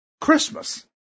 Christmas